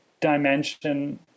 dimension